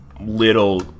little